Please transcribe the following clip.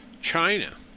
China